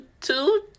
two